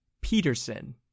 Peterson